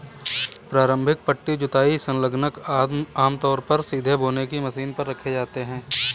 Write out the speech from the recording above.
प्रारंभिक पट्टी जुताई संलग्नक आमतौर पर सीधे बोने की मशीन पर रखे जाते थे